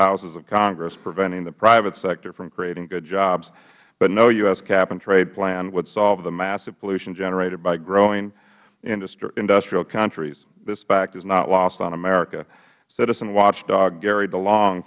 houses of congress preventing the private sector from creating good jobs but no u s capandtrade plan would solve the massive pollution generated by growing industrial countries this fact is not lost on american citizen watchdog gary delong